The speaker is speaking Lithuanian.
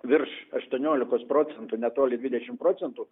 virš aštuoniolikos procentų netoli dvidešim procentų